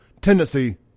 tendency